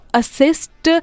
assist